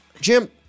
Jim